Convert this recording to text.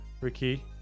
ricky